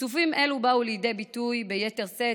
כיסופים אלו באו לידי ביטוי ביתר שאת